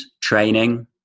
training